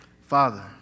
Father